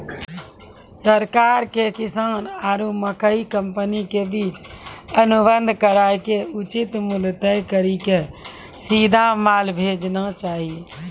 सरकार के किसान आरु मकई कंपनी के बीच अनुबंध कराय के उचित मूल्य तय कड़ी के सीधा माल भेजना चाहिए?